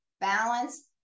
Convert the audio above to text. balance